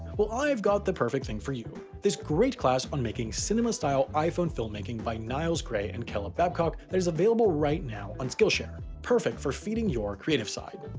well i've got the perfect thing for you this great class on making cinema-style iphone filmmaking by niles grey and caleb babcock that's available right now on skillshare perfect for feeding your creative side.